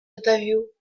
ottavio